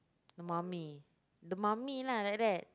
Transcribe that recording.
the mummy the mummy lah like that